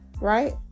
right